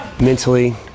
mentally